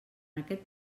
aquest